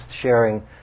sharing